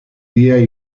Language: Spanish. días